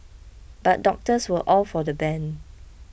but doctors were all for the ban